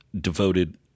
devoted